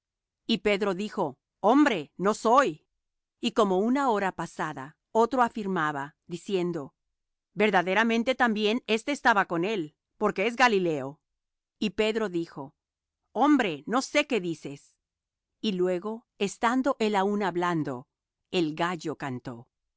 y pedro dijo hombre no soy y como una hora pasada otro afirmaba diciendo verdaderamente también éste estaba con él porque es galileo y pedro dijo hombre no sé qué dices y luego estando él aún hablando el gallo cantó